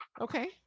okay